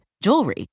jewelry